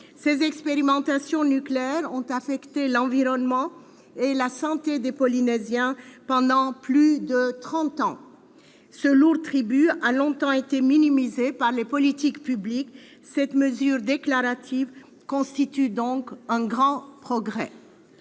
Ces expérimentations nucléaires ont affecté l'environnement et la santé des Polynésiens pendant plus de trente ans. Ce lourd tribut a longtemps été minimisé par les politiques publiques ; la mesure déclarative dont il s'agit constitue donc un grand progrès.